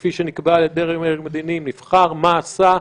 כפי שנקבעה על ידי הדרג המדיני, נבחר, מה עשה,